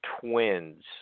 twins